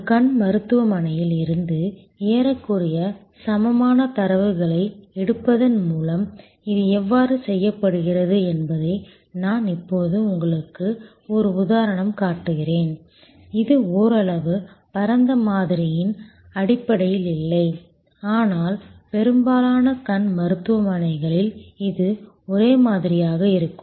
ஒரு கண் மருத்துவ மனையில் இருந்து ஏறக்குறைய சமமான தரவுகளை எடுப்பதன் மூலம் இது எவ்வாறு செய்யப்படுகிறது என்பதை நான் இப்போது உங்களுக்கு ஒரு உதாரணம் காட்டுகிறேன் இது ஓரளவு பரந்த மாதிரியின் அடிப்படையில் இல்லை ஆனால் பெரும்பாலான கண் மருத்துவ மனைகளில் இது ஒரே மாதிரியாக இருக்கும்